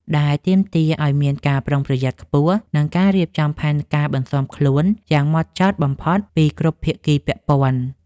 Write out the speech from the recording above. ដែលទាមទារឱ្យមានការប្រុងប្រយ័ត្នខ្ពស់ និងការរៀបចំផែនការបន្ស៊ាំខ្លួនយ៉ាងហ្មត់ចត់បំផុតពីគ្រប់ភាគីពាក់ព័ន្ធ។